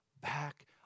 back